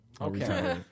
Okay